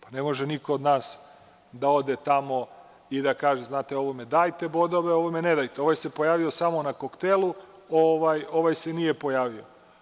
Pa, ne može niko od nas da ode tamo i kaže – znate, ovo me dajte bodove, ovome ne dajte, ovaj se pojavio samo na koktelu, ovaj se nije pojavio.